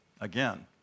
again